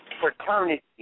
fraternity